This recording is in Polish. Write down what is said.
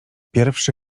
pierwszy